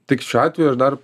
tik šiuo atveju aš dar